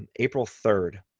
and april third,